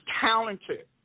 talented